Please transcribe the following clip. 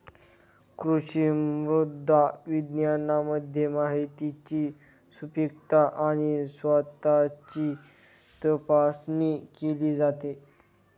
कृषी मृदा विज्ञानामध्ये मातीची सुपीकता आणि स्वास्थ्याची तपासणी केली जाते